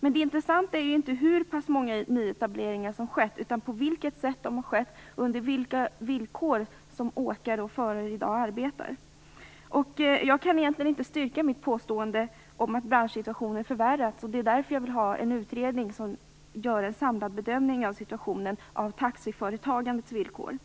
Men det intressanta är inte hur pass många nyetableringar som har skett, utan på vilket sätt de har skett och under vilka villkor åkare och förare i dag arbetar. Jag kan egentligen inte styrka mitt påstående om att branschsituationen har förvärrats. Därför vill jag ha en utredning som gör en samlad bedömning av situationen, av taxiföretagandets villkor.